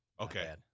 Okay